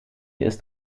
ist